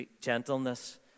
gentleness